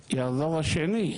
עד שיחזור העובד השני.